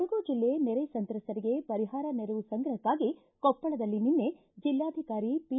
ಕೊಡಗು ಜಿಲ್ಲೆ ನೆರೆ ಸಂತ್ರಸ್ತರಿಗೆ ಪರಿಹಾರ ನೆರವು ಸಂಗ್ರಹಕ್ಕಾಗಿ ಕೊಪ್ಪಳದಲ್ಲಿ ನಿನ್ನೆ ಜಿಲ್ಲಾಧಿಕಾರಿ ಪಿ